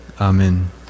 Amen